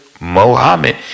Mohammed